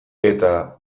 eta